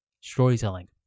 storytelling